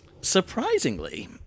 surprisingly